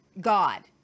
god